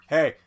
Hey